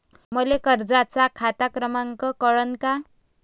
मले कर्जाचा खात क्रमांक कळन का?